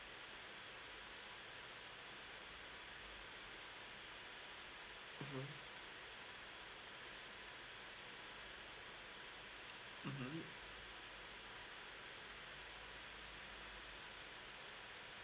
mmhmm